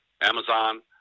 Amazon